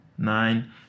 nine